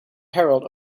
herald